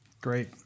Great